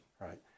right